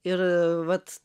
ir vat